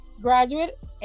graduate